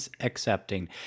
accepting